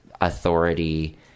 authority